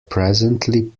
presently